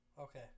Okay